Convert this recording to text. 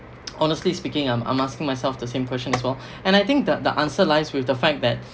honestly speaking I'm I'm asking myself the same question as well and I think the the answer lies with the fact that